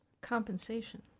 Compensation